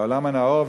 בעולם הנאור,